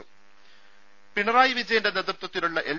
ദേദ പിണറായി വിജയന്റെ നേതൃത്വത്തിലുള്ള എൽ